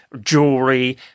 jewelry